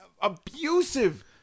abusive